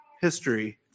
history